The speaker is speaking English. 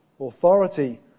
authority